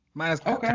Okay